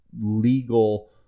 legal